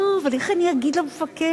לא, אבל איך אני אגיד למפקח?